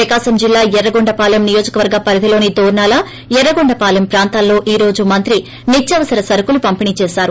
ప్రకాశం జిల్లా ఎర్రగొండ పాలెం నియోజకవర్గ పరిధిలోని దోర్పాల ఎర్రగొండపాలెం ప్రాంతాల్లో ఈ రోజు మంత్రి నిత్యావసర సరకుల పంపిణీ చేశారు